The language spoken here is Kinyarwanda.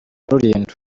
rulindo